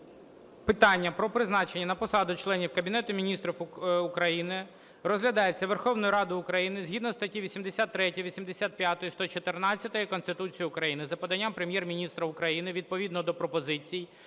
Питання про призначення на посаду членів Кабінету Міністрів України розглядається Верховною Радою України згідно статті 83, 85, 114 Конституції України за поданням Прем’єр-міністра України відповідно до пропозицій,